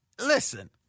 listen